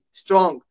strong